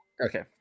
Okay